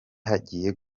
hagiye